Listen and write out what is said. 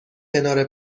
کنار